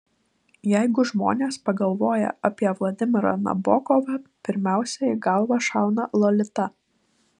jeigu žmonės pagalvoja apie vladimirą nabokovą pirmiausia į galvą šauna lolita